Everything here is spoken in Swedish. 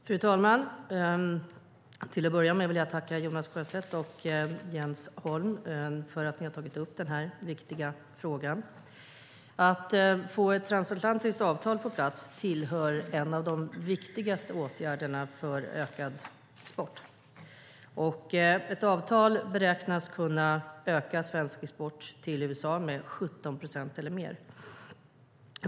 Fru talman! Till att börja med vill jag tacka Jonas Sjöstedt och Jens Holm för att de har tagit upp den här viktiga frågan. Att få ett transatlantiskt avtal på plats är en av de viktigaste åtgärderna för ökad export. Ett avtal beräknas kunna öka svensk export till USA med 17 procent eller mer.